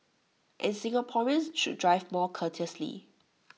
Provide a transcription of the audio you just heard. and Singaporeans should drive more courteously